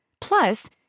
Plus